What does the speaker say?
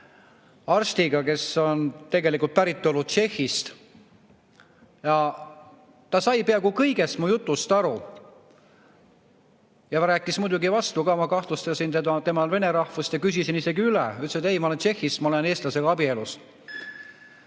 arstiga, kes on tegelikult päritolult Tšehhist. Ta sai peaaegu kõigest mu jutust aru. Ta rääkis muidugi vastu ka. Ma kahtlustasin temal vene rahvust ja küsisin isegi üle. Aga ta ütles, ei, ta on Tšehhist ja on eestlasega abielus.